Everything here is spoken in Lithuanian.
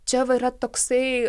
čia va yra toksai